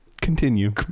continue